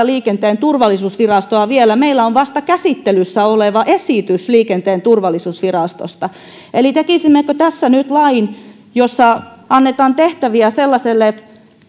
liikenteen turvallisuusvirastoa vielä meillä on vasta käsittelyssä oleva esitys liikenteen turvallisuusvirastosta tekisimmekö tässä nyt lain jossa annetaan tehtäviä sellaiselle